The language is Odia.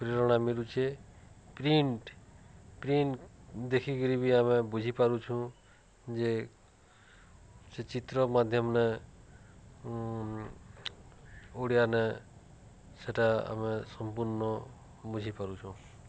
ପ୍ରେରଣା ମିଲୁଚେ ପ୍ରିଣ୍ଟ ପ୍ରିଣ୍ଟ ଦେଖିକିରି ବି ଆମେ ବୁଝିପାରୁଛୁଁ ଯେ ସେ ଚିତ୍ର ମାଧ୍ୟମରେେ ଓଡ଼ିଆ ନେ ସେଟା ଆମେ ସମ୍ପୂର୍ଣ୍ଣ ବୁଝିପାରୁଛୁଁ